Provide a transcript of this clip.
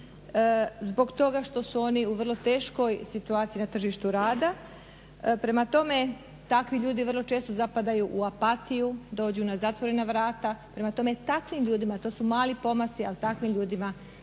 zbog toga što su oni u vrlo teškoj situaciji na tržištu rada. Prema tome, takvi ljudi vrlo često zapadaju u apatiju, dođu na zatvorena vrata, prema tome takvim ljudima, takvim ljudima, to su mali pomaci, ali takvim ljudima